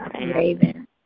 Raven